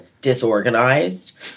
disorganized